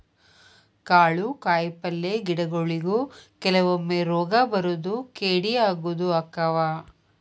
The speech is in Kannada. ಕಾಳು ಕಾಯಿಪಲ್ಲೆ ಗಿಡಗೊಳಿಗು ಕೆಲವೊಮ್ಮೆ ರೋಗಾ ಬರುದು ಕೇಡಿ ಆಗುದು ಅಕ್ಕಾವ